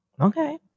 Okay